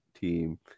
team